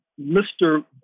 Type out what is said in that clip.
Mr